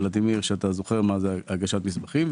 ולדימיר, אתה זוכר מה זה הגשת מסמכים.